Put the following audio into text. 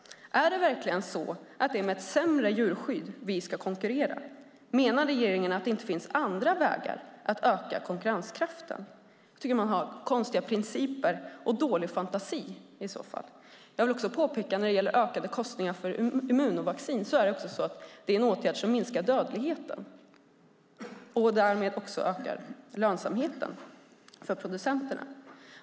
Ska vi verkligen konkurrera med ett sämre djurskydd? Menar regeringen att det inte finns några andra vägar att öka konkurrenskraften? I så fall har man konstiga principer och dålig fantasi. När det gäller den ökade kostnaden för immunovaccin vill jag framhålla att det är en åtgärd som minskar dödligheten och därmed också ökar lönsamheten för producenterna.